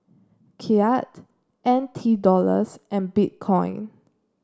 Kyat N T Dollars and Bitcoin